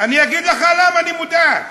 אני אגיד לך למה אני מודאג.